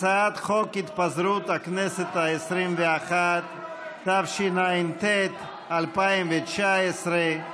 הצעת חוק התפזרות הכנסת העשרים-ואחת, התשע"ט 2019,